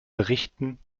berichten